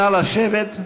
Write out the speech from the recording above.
נא לשבת.